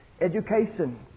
Education